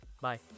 bye